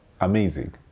Amazing